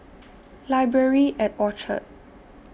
Library At Orchard